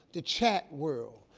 the chat world,